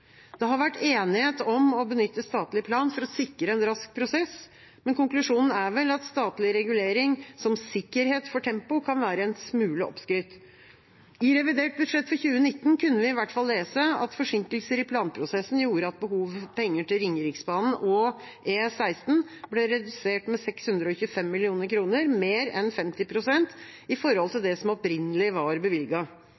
Det har vært enighet om å benytte statlig plan for å sikre en rask prosess, men konklusjonen er vel at statlig regulering som sikkerhet for tempo kan være en smule oppskrytt. I revidert budsjett for 2019 kunne vi i hvert fall lese at forsinkelser i planprosessen gjorde at behovet for penger til Ringeriksbanen og E16 ble redusert med 625 mill. kr, mer enn 50 pst. i forhold til